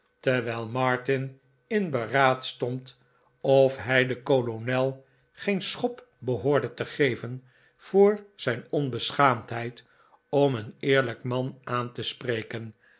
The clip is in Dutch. terwijl martin in beraad stond of hij den gelntroduceerd in een kosthuis kolonel geen schop behoorde te geven voor zijn onbeschaamdheid om een eerlijk man aan te spreken